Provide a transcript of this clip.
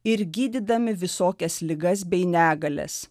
ir gydydami visokias ligas bei negalias